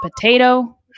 potato